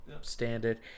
standard